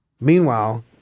Meanwhile